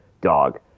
dog